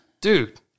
Dude